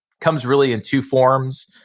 comes really in two forms.